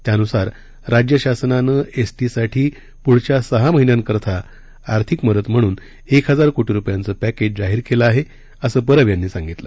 त्यानुसार राज्य शासनानं एसटीसाठी पुढच्या सहा महिन्यांकरता आर्थिक मदत म्हणून एक हजार कोटी रुपयांचं पॅकेज जाहीर केलं आहे असं परब यांनी सांगितलं